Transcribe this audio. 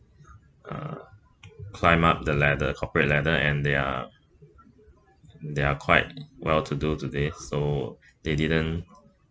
uh climb up the ladder corporate ladder and they are they are quite well to do today so they didn't